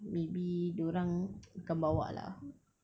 maybe dia orang akan bawa lah